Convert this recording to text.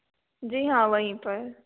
जी हाँ वहीं पर